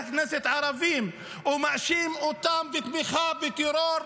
הכנסת הערבים ומאשים אותם בתמיכה בטרור.